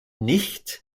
nicht